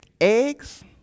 eggs